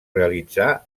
realitzar